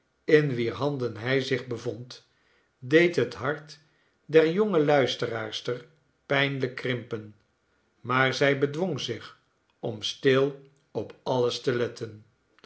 in wier handen hy zich bevond deed het hart der jonge luisteraarster pijnlijk krimpen maar zij bedwong zich om stil op alles te letten